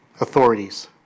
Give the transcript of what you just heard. authorities